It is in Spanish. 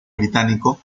británico